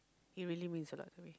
he really means a lot to me